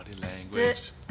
language